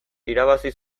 irabazi